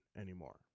anymore